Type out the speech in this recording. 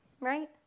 right